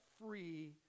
free